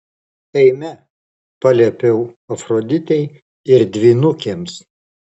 eime paliepiau afroditei ir dvynukėms